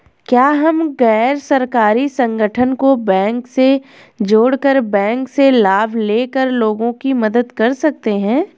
क्या हम गैर सरकारी संगठन को बैंक से जोड़ कर बैंक से लाभ ले कर लोगों की मदद कर सकते हैं?